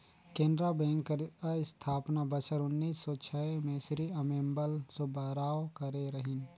Canara bank कर अस्थापना बछर उन्नीस सव छय में श्री अम्मेम्बल सुब्बाराव करे रहिन